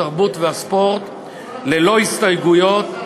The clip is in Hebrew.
התרבות והספורט ללא הסתייגויות,